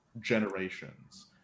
generations